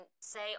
say